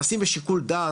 נעשים בשיקול דעת,